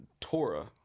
Torah